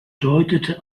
deutete